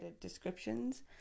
descriptions